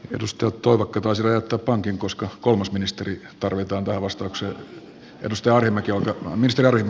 edustaja toivakka taisi räjäyttää pankin koska kolmas ministeri tarvitaan tähän vastaukseen